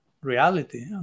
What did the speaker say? reality